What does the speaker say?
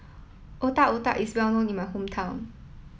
Otak Otak is well known in my hometown